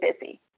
busy